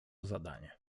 zadanie